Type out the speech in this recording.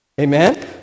amen